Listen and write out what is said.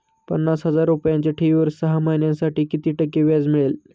पन्नास हजार रुपयांच्या ठेवीवर सहा महिन्यांसाठी किती टक्के व्याज मिळेल?